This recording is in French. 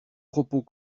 propos